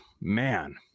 man